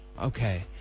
Okay